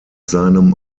seinem